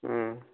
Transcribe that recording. ہوں